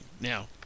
Now